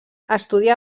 estudià